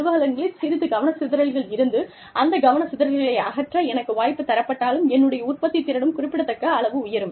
எனது அலுவலகங்களில் சிறிது கவனச்சிதறல்கள் இருந்து அந்த கவனச்சிதறல்களை அகற்ற எனக்கு வாய்ப்பு தரப்பட்டாலும் என்னுடைய உற்பத்தித்திறனும் குறிப்பிடத்தக்க அளவு உயரும்